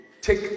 take